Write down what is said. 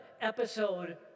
episode